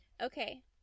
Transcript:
okay